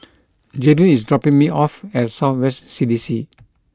Jaydin is dropping me off at South West C D C